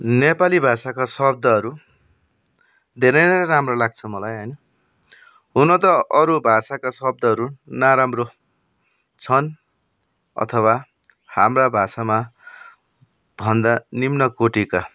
नेपाली भाषाका शब्दहरू धेरै नै राम्रो लाग्छ मलाई होइन हुन त अरू भाषाका शब्दहरू नराम्रो छन् अथवा हाम्रा भाषामा भन्दा निम्न कोटिका